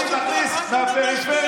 אנחנו רוצים להכניס מהפריפריה.